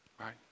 Right